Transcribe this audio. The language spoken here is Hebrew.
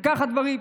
וכך הדברים.